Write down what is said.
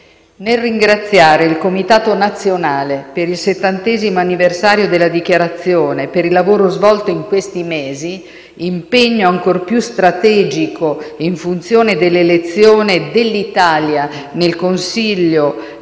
Nel ringraziare il Comitato nazionale per il 70° anniversario della Dichiarazione per il lavoro svolto in questi mesi - impegno ancor più strategico in funzione dell'elezione dell'Italia nel Consiglio per